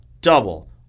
double